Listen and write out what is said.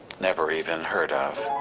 never even heard of.